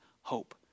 hope